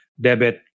debit